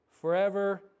forever